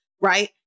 right